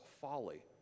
folly